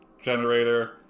generator